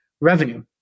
revenue